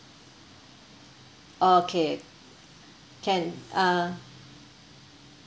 okay can uh